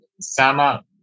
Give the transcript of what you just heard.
Sama